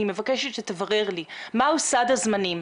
אני מבקשת שתברר לי מה סד הזמנים,